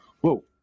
whoa